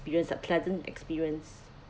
experience of pleasant experience